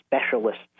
specialists